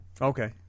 Okay